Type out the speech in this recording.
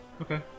Okay